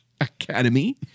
Academy